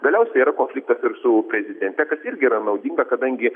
galiausiai yra konfliktas ir su prezidente kas irgi yra naudinga kadangi